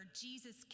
Jesus